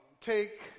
take